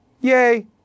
Yay